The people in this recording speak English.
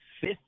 fifth